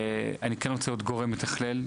אני כן רוצה לראות גורם מתכלל,